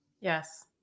Yes